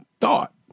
thought